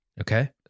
Okay